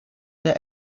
der